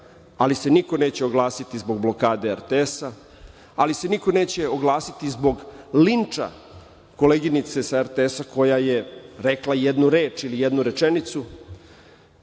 ali se niko neće oglasiti zbog blokade RTS, ali se niko neće oglasiti zbog linča koleginice sa RTS koja je rekla jednu reč ili jednu rečenicu. Mi